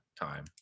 time